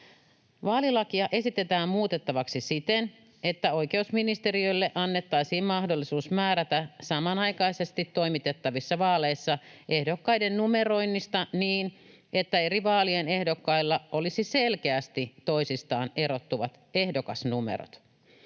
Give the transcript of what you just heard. Vaalilakia esitetään muutettavaksi siten, että oikeusministeriölle annettaisiin mahdollisuus määrätä samanaikaisesti toimitettavissa vaaleissa ehdokkaiden numeroinnista, niin että eri vaalien ehdokkailla olisi selkeästi toisistaan erottuvat ehdokasnumerot.